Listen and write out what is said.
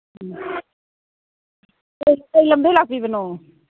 ꯎꯝ ꯀꯔꯤ ꯂꯝꯗꯒꯤ ꯂꯥꯛꯄꯤꯕꯅꯣ